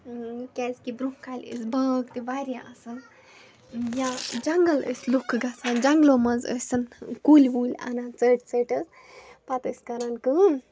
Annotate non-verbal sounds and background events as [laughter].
کیٛازکہِ برٛونٛہہ کالہِ ٲسۍ باغ تہِ واریاہ آسان یا جَنگَل ٲسۍ لُکھٕ گژھان جَنگلو منٛز [unintelligible] کُلۍ وُلۍ اَنان ژٔٹۍ ژٔٹہِ پَتہٕ ٲسۍ کَران کٲم